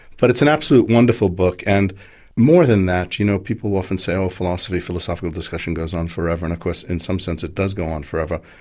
but it's an absolutely wonderful book, and more than that, you know, people will often say, oh, philosophy, philosophical discussion goes on forever' and of course in some sense, it does go on forever,